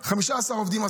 העובדים.